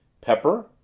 pepper